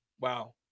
Wow